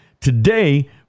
Today